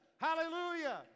Hallelujah